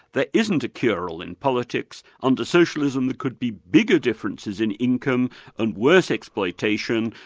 there isn't a cure-all in politics. under socialism there could be bigger differences in income and worse exploitation,